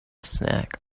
snack